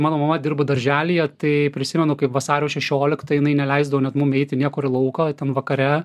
mano mama dirbo darželyje tai prisimenu kaip vasario šešioliktą jinai neleisdavo net mum eiti niekur į lauką ten vakare